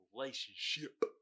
relationship